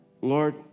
Lord